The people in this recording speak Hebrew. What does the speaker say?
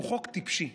הוא חוק טיפשי,